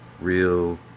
real